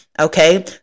Okay